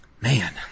Man